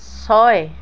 ছয়